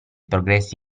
progressi